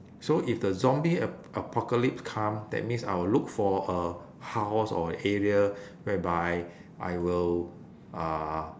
so if the zombie a~ apocalypse come that means I will look for a house or area whereby I will uh